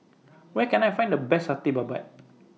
Where Can I Find The Best Satay Babat